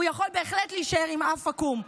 הוא יכול בהחלט להישאר עם אף עקום.